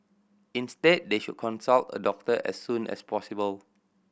instead they should consult a doctor as soon as possible